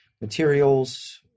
materials